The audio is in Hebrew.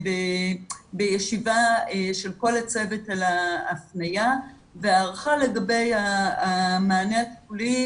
בישיבה של כל הצוות על ההפניה וההערכה לגבי המענה הטיפולי,